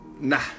nah